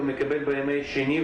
מתחזים בפניהם